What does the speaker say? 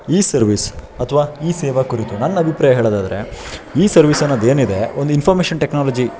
ಈ ಸರ್ವಿಸ್ ಅಥ್ವಾ ಈ ಸೇವಾ ಕುರಿತು ನನ್ನ ಅಭಿಪ್ರಾಯ ಹೇಳೋದಾದರೆ ಈ ಸರ್ವಿಸ್ ಅನ್ನೋದೇನಿದೆ ಒಂದು ಇನ್ಫಾರ್ಮೇಶನ್ ಟೆಕ್ನಾಲಜಿ